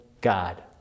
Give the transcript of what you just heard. god